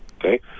okay